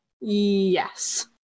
Yes